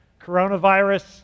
coronavirus